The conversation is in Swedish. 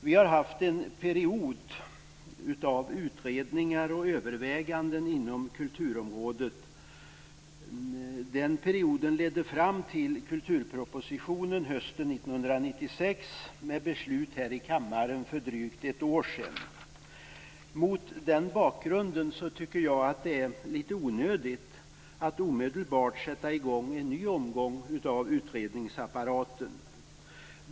Vi har haft en period av utredningar och överväganden inom kulturområdet. Den perioden ledde fram till kulturpropositionen hösten 1996. Beslut fattades här i kammaren för drygt ett år sedan. Mot den bakgrunden tycker jag att det är litet onödigt att omedelbart sätta i gång en ny omgång av utredningsapparaten.